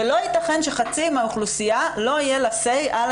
לא יתכן שלחצי מהאוכלוסייה לא יהיה "סיי" על